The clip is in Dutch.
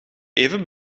even